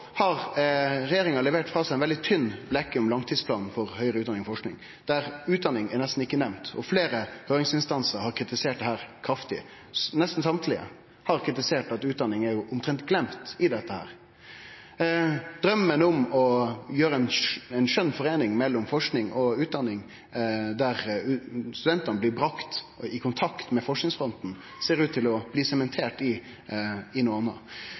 har regjeringa levert frå seg ei veldig tynn blekke, langtidsplanen for forsking og høgare utdanning, der utdanning nesten ikkje er nemnd, og fleire høyringsinstansar har kritisert dette kraftig – nesten alle har kritisert at utdanning omtrent er gløymd i dette. Draumen om ei skjønn foreining mellom forsking og utdanning der studentane blir bringa i kontakt med forskingsfronten, ser ut til å bli sementert i noko anna.